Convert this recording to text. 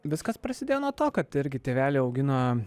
viskas prasidėjo nuo to kad irgi tėveliai augino